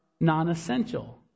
non-essential